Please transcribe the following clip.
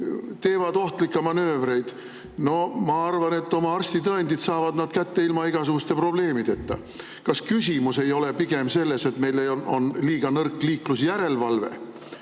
teevad ohtlikke manöövreid. No ma arvan, et oma arstitõendid saavad nad kätte ilma igasuguste probleemideta. Kas küsimus ei ole pigem selles, et meil on liiga nõrk liiklusjärelevalve,